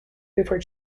before